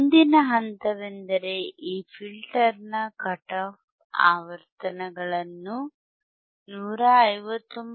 ಮುಂದಿನ ಹಂತವೆಂದರೆ ಈ ಫಿಲ್ಟರ್ನ ಕಟ್ ಆಫ್ ಆವರ್ತನಗಳನ್ನು 159